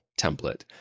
template